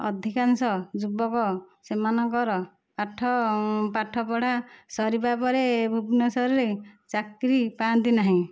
ଅଧିକାଂଶ ଯୁବକ ସେମାନଙ୍କର ପାଠ ପାଠ ପଢ଼ା ସରିବା ପରେ ଭୁବନେଶ୍ଵରରେ ଚାକିରି ପାଆନ୍ତି ନାହିଁ